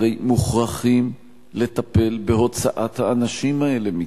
הרי מוכרחים לטפל בהוצאת האנשים האלה מכאן.